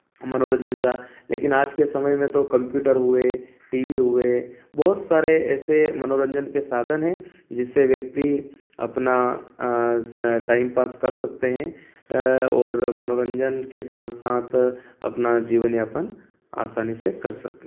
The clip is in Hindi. मनोरंजन का लेकिन आज के समय में तो कंप्यूटर हुए टी वी हुए बहुत सारे ऐसे मनोरंजन के साधन हैं जिससे व्यक्ति अपना अ से टाइम पास कर सकते है ऐ और मनोरंजन के साथ साथ अपना जीवन यापन आसानी से कर सकते